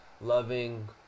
loving